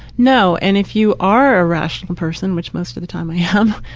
no, and if you are a rational person, which most of the time i am,